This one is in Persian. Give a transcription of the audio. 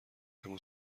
امروز